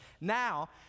Now